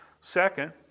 Second